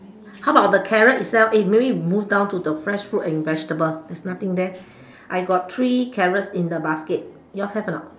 how about the carrot itself eh maybe we move down to the fresh fruit and vegetable there's nothing there I got three carrots in the basket yours have or not